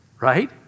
right